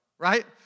Right